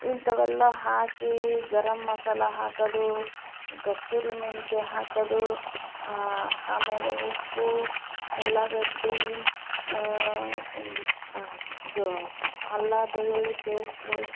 ಇಂಥವೆಲ್ಲ ಹಾಕಿ ಗರಮ್ ಮಸಾಲ ಹಾಕೋದು ಕಸ್ತೂರಿ ಮೆಂತ್ಯೆ ಹಾಕೋದು ಆಮೇಲೆ ಉಪ್ಪು ಉಳ್ಳಾಗಡ್ಡಿ ಇದು ಅಲ್ಲ ಬೆಳ್ಳುಳ್ಳಿ ಪೇಸ್ಟು